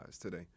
today